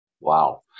Wow